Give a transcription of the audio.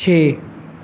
ਛੇ